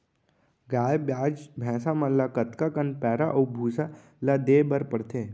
गाय ब्याज भैसा मन ल कतका कन पैरा अऊ भूसा ल देये बर पढ़थे?